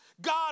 God